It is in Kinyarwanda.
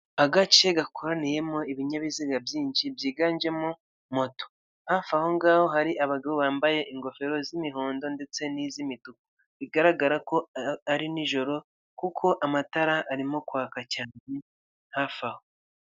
Agace gakoraniyemo ibinyabiziga byinshi byiganjemo moto hafi aho ngaho hari abagabo bambaye ingofero z'imihondo ndetse n'iz'imituku bigaragara ko ari nijoro kuko amatara arimo kwaka hafi aho.